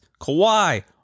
Kawhi